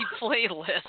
playlist